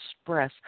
express